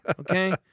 Okay